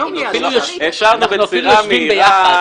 השבנו בצורה מהירה.